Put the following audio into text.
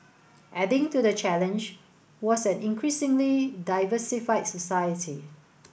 adding to the challenge was an increasingly diversified society